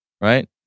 right